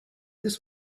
this